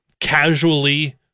casually